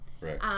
Right